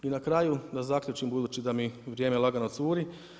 I na kraju da zaključim budući da mi vrijeme lagano curi.